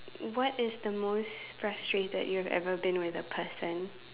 what is the most frustrated you've ever been with a person